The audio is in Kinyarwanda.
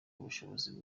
ubushobozi